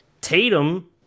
Tatum